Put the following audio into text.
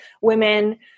women